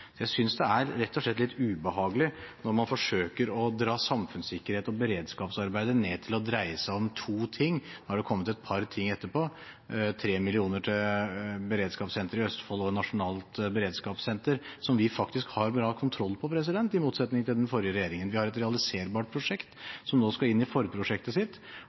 Jeg synes det rett og slett er litt ubehagelig når man forsøker å dra samfunnssikkerhets- og beredskapsarbeidet ned til å dreie seg om to ting. Nå har det kommet et par ting etterpå, 3 mill. kr til beredskapssenter i Østfold og et nasjonalt beredskapssenter, som vi faktisk har bra kontroll på, i motsetning til den forrige regjeringen. Vi har et realiserbart prosjekt som nå skal inn i forprosjektet sitt